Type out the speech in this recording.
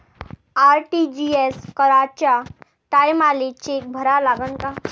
RTGS कराच्या टायमाले cheque भरा लागन का?